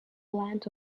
land